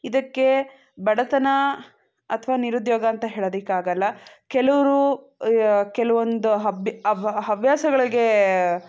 ಇದಕ್ಕೆ ಬಡತನ ಅಥವಾ ನಿರುದ್ಯೋಗ ಅಂತ ಹೇಳೋದಕ್ಕಾಗಲ್ಲ ಕೆಲವರು ಕೆಲವೊಂದು ಹಬ್ಬಿ ಹವ್ಯಾಸಗಳಿಗೆ